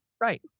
Right